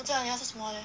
不知道你要什么 leh